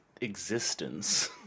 existence